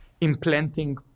implanting